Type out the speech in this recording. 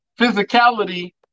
physicality